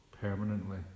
Permanently